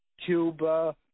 Cuba